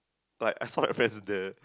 like I saw my friends they